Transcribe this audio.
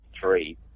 three